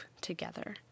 together